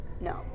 No